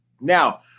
now